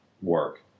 work